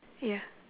ya